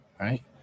right